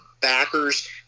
backers